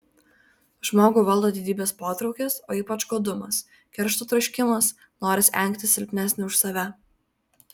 žmogų valdo didybės potraukis o ypač godumas keršto troškimas noras engti silpnesnį už save